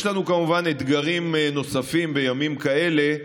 יש לנו כמובן אתגרים נוספים בימים כאלה,